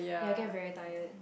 ya I get very tired